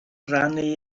rhannu